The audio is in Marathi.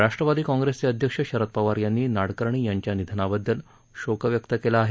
राष्ट्रवादी काँग्रेसचे अध्यक्ष शरद पवार यांनी नाडकर्णी यांच्या निधनाबद्दल शोक व्यक्त केला आहे